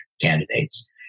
candidates